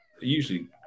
usually